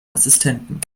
assistenten